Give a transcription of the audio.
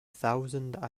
thousand